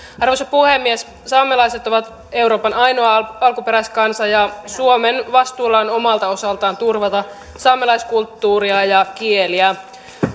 arvoisa puhemies saamelaiset ovat euroopan ainoa alkuperäiskansa ja suomen vastuulla on omalta osaltaan turvata saamelaiskulttuuria ja kieliä